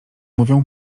mówią